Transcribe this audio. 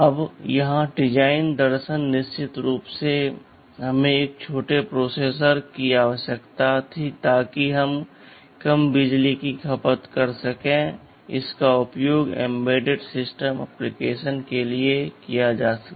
अब यहाँ डिजाइन दर्शन निश्चित रूप से हमें एक छोटे प्रोसेसर की आवश्यकता थी ताकि हम कम बिजली की खपत कर सकें और इसका उपयोग एम्बेडेड सिस्टम ऍप्लिकेशन् के लिए किया जा सके